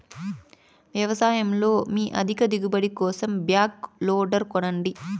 వ్యవసాయంలో మీ అధిక దిగుబడి కోసం బ్యాక్ లోడర్ కొనండి